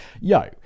Yo